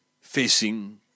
facing